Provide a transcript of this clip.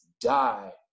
die